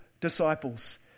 disciples